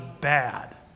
bad